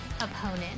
opponent